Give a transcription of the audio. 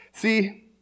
See